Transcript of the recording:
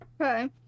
Okay